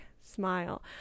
smile